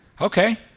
Okay